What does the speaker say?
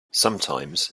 sometimes